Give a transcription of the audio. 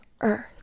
Earth